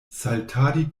saltadi